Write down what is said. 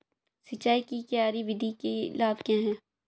सिंचाई की क्यारी विधि के लाभ क्या हैं?